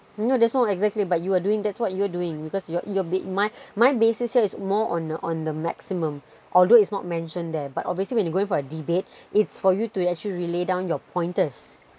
you know there's no exactly but you are doing that's what you're doing because your ba~ my my basis so is more on the on the maximum although it's not mentioned there but obviously when you're going for a debate it's for you to actually lay down your pointers